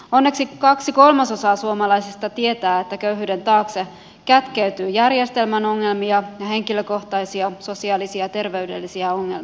onneksi kaksi kolmasosaa suomalaisista tietää että köyhyyden taakse kätkeytyy järjestelmän ongelmia ja henkilökohtaisia sosiaalisia ja terveydellisiä ongelmia